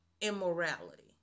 immorality